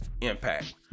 impact